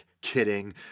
Kidding